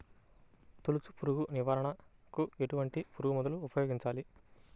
తొలుచు పురుగు నివారణకు ఎటువంటి పురుగుమందులు ఉపయోగించాలి?